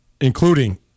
including